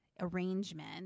arrangement